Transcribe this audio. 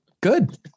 good